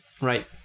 Right